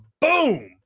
boom